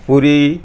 Puri